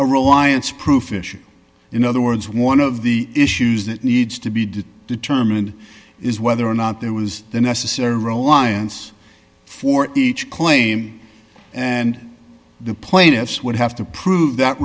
a reliance proof issue in other words one of the issues that needs to be determined is whether or not there was the necessary roe alliance for each claim and the plaintiffs would have to prove that